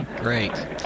Great